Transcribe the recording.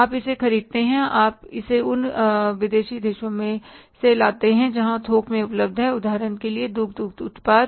आप इसे खरीदते हैं आप इसे उन विदेशी देशों से लाते हैं जहां थोक में उपलब्ध है उदाहरण के लिए दुग्ध उत्पाद